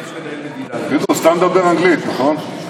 פינדרוס, אתה מדבר אנגלית, נכון?